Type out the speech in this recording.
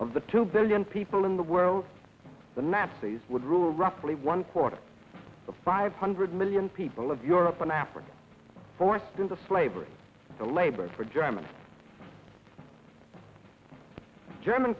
of the two billion people in the world the nazis would rule roughly one quarter of five hundred million people of europe and africa forced into slavery the labor for german german